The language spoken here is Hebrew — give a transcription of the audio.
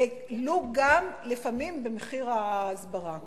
ולו גם לפעמים במחיר ההסברה.